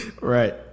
Right